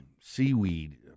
seaweed